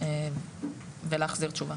ולהחזיר תשובה.